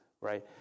right